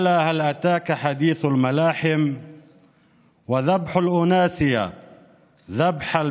"האם הגיע אליך דבר המלחמות / טבח בני אדם כשחיטת